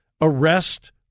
arrest